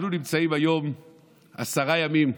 אנחנו נמצאים היום עשרה ימים,